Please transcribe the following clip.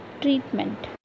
treatment